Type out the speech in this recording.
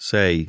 Say